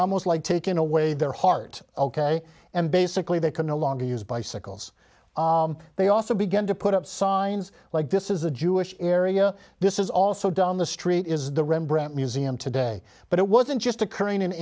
almost like taking away their heart ok and basically they can no longer use bicycles they also began to put up signs like this is a jewish area this is also down the street is the rembrandt museum today but it wasn't just occurring in